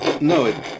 No